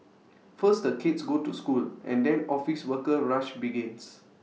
first the kids go to school and then office worker rush begins